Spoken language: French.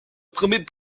premier